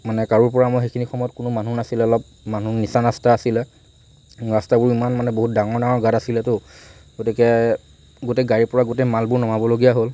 মানে কাৰোৰ পৰা মই সেইখিনি সময়ত কোনো মানুহ নাছিলে অলপ মানুহ নিচান ৰাস্তা আছিলে ৰাস্তাবোৰ ইমান মানে বহুত ডাঙৰ ডাঙৰ গাঁত আছিলেতো গতিকে গোটেই গাড়ীৰ পৰা গোটেই মালবোৰ নমাবলগীয়া হ'ল